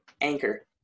Anchor